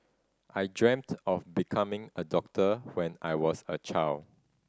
I dreamt of becoming a doctor when I was a child